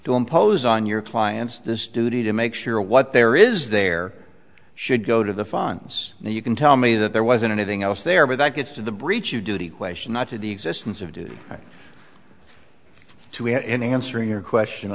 to impose on your clients this duty to make sure what there is there should go to the fines and you can tell me that there wasn't anything else there but that gets to the breach of duty question not to the existence of do to have in answering your question